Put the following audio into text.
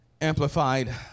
Amplified